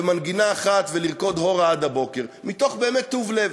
ומנגינה אחת ולרקוד הורה עד הבוקר מתוך באמת טוב-לב.